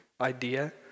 idea